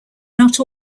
not